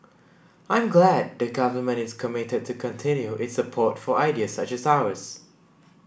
I'm glad the Government is committed to continue its support for ideas such as ours